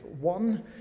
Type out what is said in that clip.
One